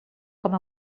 com